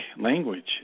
language